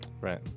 Right